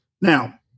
Now